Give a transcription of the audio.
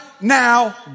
now